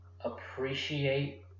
appreciate